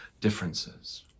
differences